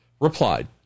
replied